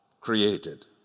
created